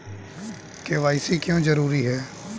KYC क्यों जरूरी है?